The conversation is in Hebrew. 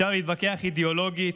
אפשר להתווכח אידאולוגית,